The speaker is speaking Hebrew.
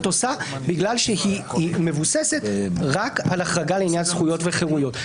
עושה בגלל שהיא מבוססת רק על החרגה לעניין זכויות וחרויות.